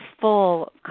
full